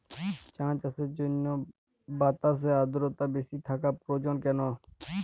চা চাষের জন্য বাতাসে আর্দ্রতা বেশি থাকা প্রয়োজন কেন?